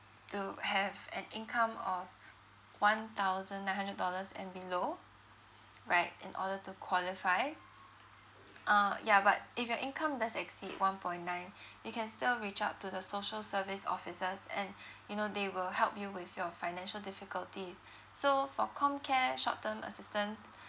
to have an income of one thousand nine hundred dollars and below right in order to qualify uh ya but if your income does exceed one point nine you can still reach out to the social service officers and you know they will help you with your financial difficulties so for comcare short term assistance